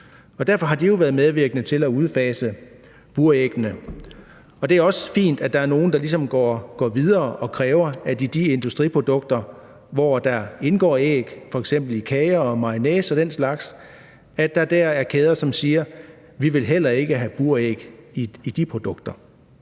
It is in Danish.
derfor har det jo været medvirkende til at udfase buræggene. Det er også fint, at der er nogle kæder, der i forhold til de industriprodukter, hvor der indgår æg, f.eks. i kager og mayonnaise og den slags, går videre, kræver noget og siger: Vi vil heller ikke have buræg i de produkter.